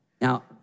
now